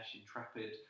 Intrepid